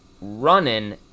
Running